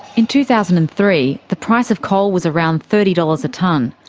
in two thousand and three, the price of coal was around thirty dollars a tonne.